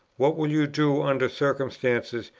what will you do under circumstances,